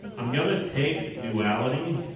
i'm gonna take duality